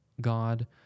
God